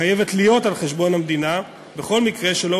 חייבת להיות על חשבון המדינה בכל מקרה שלא